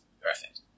Perfect